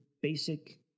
basic